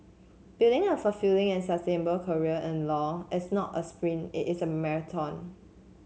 building a fulfilling and sustainable career in law is not a sprint it is a marathon